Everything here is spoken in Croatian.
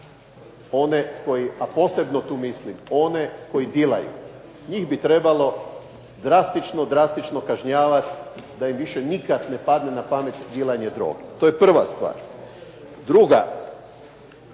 a posebno tu mislim one koji dilaju. Njih bi trebalo drastično, drastično kažnjavati da im više nikad ne padne na pamet dilanje droge. To je prva stvar. Druga,